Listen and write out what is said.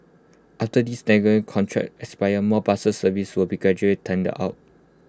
after these contracts expire more buses services will be gradually tendered out